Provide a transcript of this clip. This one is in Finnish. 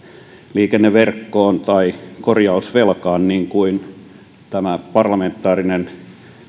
liikenneverkkoon tai korjausvelkaan niin kuin tämä parlamentaarinen